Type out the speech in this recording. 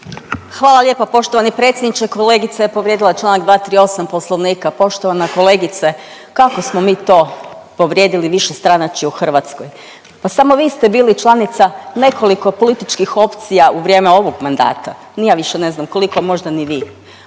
Hvala lijepa poštovani predsjedniče. Kolegica je povrijedila Članak 238. Poslovnika. Poštovana kolegice kako smo mi to povrijedili višestranačje u Hrvatskoj? Pa samo vi ste bili članica nekoliko političkih opcija u vrijeme ovog mandata. Ni ja više ne znam koliko, možda ni vi.